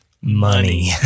Money